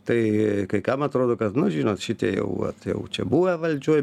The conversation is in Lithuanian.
tai kai kam atrodo kad nu žinot šitie jau vat jau čia buvę valdžioj